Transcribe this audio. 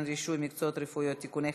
רישוי מקצועות רפואיים (תיקוני חקיקה),